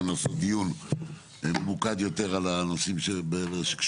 גם לעשות דיון ממוקד יותר על הנושאים שקשורים